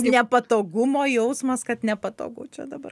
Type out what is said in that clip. nepatogumo jausmas kad nepatogu čia dabar